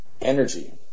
energy